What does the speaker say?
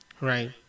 right